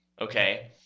okay